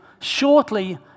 shortly